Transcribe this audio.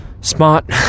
smart